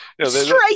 Straight